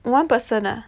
one person ah